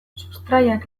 sustraiak